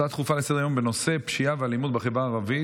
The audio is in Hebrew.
הצעה דחופה לסדר-היום בנושא: פשיעה ואלימות בחברה הערבית,